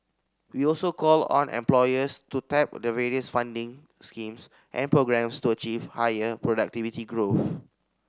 we also call on employers to tap the various funding schemes and programmes to achieve higher productivity growth